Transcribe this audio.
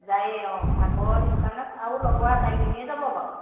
যায়েই অঁ আগৰ সেইটো কাৰণে আৰু লগৰ আতাই জনীয়ে যাব বাৰু